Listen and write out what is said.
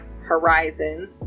Horizon